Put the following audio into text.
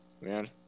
Man